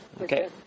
Okay